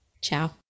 Ciao